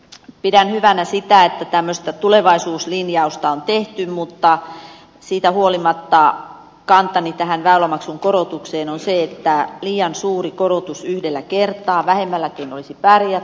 pidän hyvänä sitä että tämmöistä tulevaisuuslinjausta on tehty mutta siitä huolimatta kantani tähän väylämaksun korotukseen on se että liian suuri korotus yhdellä kertaa vähemmälläkin olisi pärjätty